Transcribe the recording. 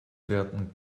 werden